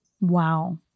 Wow